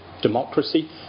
Democracy